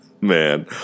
man